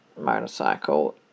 motorcycle